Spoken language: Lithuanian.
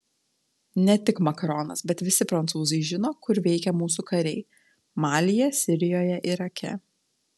ne tik macronas bet visi prancūzai žino kur veikia mūsų kariai malyje sirijoje irake